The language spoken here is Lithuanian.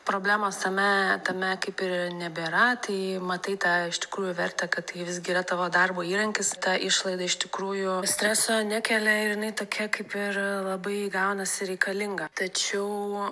problemos tame tame kaip ir nebėra tai matai tą iš tikrųjų vertę kad tai visgi yra tavo darbo įrankis ta išlaida iš tikrųjų streso nekelia ir jinai tokia kaip ir labai gaunasi reikalinga tačiau